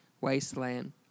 wasteland